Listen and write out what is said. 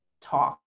talk